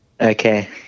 Okay